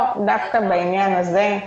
דווקא בעניין הזה,